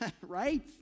Right